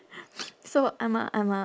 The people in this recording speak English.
so I'm a I'm a